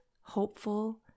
hopeful